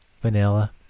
Vanilla